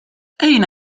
أين